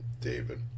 David